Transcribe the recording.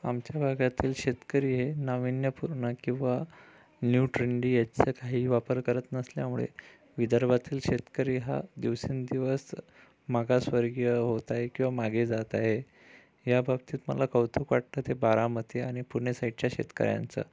आमच्या भागातील शेतकरी हे नाविन्यपूर्ण किंवा न्यू ट्रेंडी याचा काही वापर करत नसल्यामुळे विदर्भातील शेतकरी हा दिवसेंदिवस मागासवर्गीय होत आहे किंवा मागे जात आहे ह्या बाबतीत मला कौतुक वाटत ते बारामती आणि पुणे साईडच्या शेतकऱ्यांचं